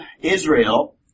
Israel